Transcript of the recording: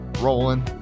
rolling